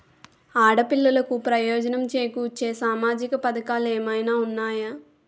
ఆడపిల్లలకు ప్రయోజనం చేకూర్చే సామాజిక పథకాలు ఏమైనా ఉన్నాయా?